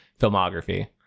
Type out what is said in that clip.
filmography